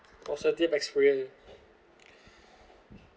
positive experience